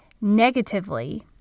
negatively